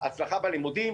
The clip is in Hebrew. הצלחה בלימודים,